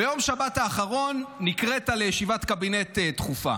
ביום שבת האחרון נקראת לישיבת קבינט דחופה.